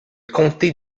comté